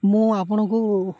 ମୁଁ ଆପଣଙ୍କୁ